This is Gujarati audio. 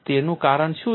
તેનું કારણ શું છે